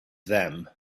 them